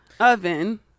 oven